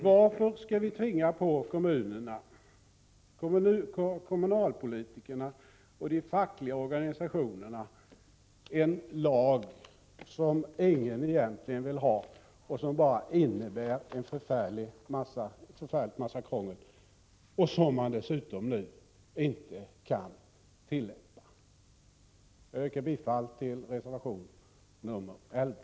Varför skall vi tvinga på kommunerna, kommunalpolitikerna och de fackliga organisationerna en lag som ingen egentligen vill ha, som bara innebär en förfärlig massa krångel och som man dessutom inte kan tillämpa? Jag yrkar bifall till reservation nr 11.